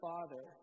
Father